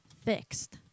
fixed